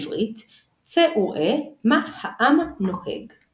מכיוון שיש לציבור מסורת במנהגם.